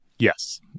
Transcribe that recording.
Yes